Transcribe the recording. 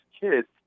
kids